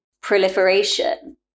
proliferation